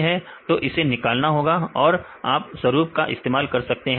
स्वीकृत नहीं है तो इसे निकालना होगा और आप स्वरूप का इस्तेमाल कर सकते हैं